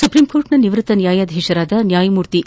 ಸುಪ್ರೀಂಕೋರ್ಟ್ನ ನಿವೃತ್ತ ನ್ಯಾಯಾಧೀಶರಾದ ನ್ಯಾಯಮೂರ್ತಿ ಎ